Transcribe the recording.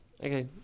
Okay